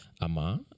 ama